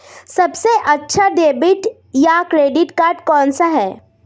सबसे अच्छा डेबिट या क्रेडिट कार्ड कौन सा है?